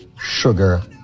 sugar